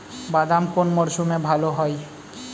বাদাম কোন মরশুমে ভাল হয়?